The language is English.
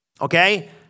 Okay